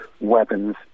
weapons